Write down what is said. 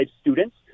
students